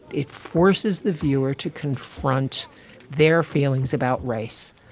it forces the viewer to confront their feelings about race,